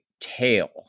tail